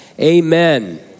amen